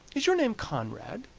is your name conrad?